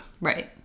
Right